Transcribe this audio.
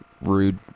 Rude